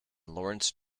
laurence